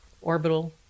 orbital